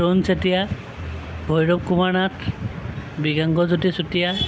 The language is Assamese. তৰুণ চেতিয়া ভৈৰৱ কুমাৰ নাথ মৃগাংক জ্যোতি চুতীয়া